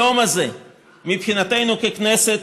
היום הזה מבחינתנו ככנסת,